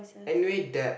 anyway that